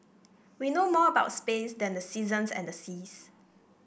we know more about space than the seasons and the seas